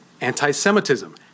Anti-Semitism